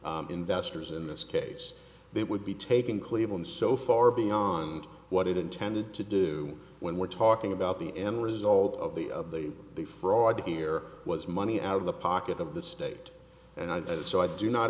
the investors in this case they would be taking cleveland so far beyond what it intended to do when we're talking about the end result of the of the the fraud here was money out of the pocket of the state and i think so i do not